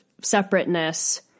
separateness